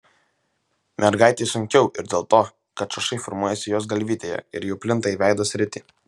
mergaitei sunkiau ir dėl to kad šašai formuojasi jos galvytėje ir jau plinta į veido sritį